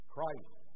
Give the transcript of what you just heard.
Christ